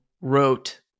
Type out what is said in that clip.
wrote